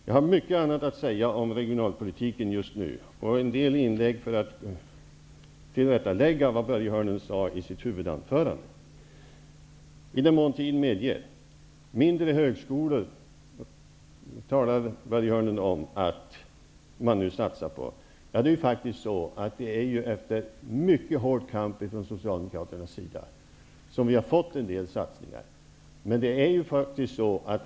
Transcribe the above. Jag har mycket annat att säga om regionalpolitiken, och jag skulle vilja göra en del inlägg för att tillrättalägga vad Börje Hörnlund sade i sitt huvudanförande. Jag skall ta upp detta i den mån tiden medger. Börje Hörnlund talade om att man nu satsar på mindre högskolor. Genom en mycket hård kamp från Socialdemokraternas sida har vi nu fått igenom en del satsningar.